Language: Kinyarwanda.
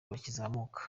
bakizamuka